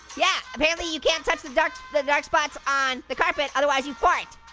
yeah, apparently you can't touch the dark the dark spots on the carpet, otherwise you fart.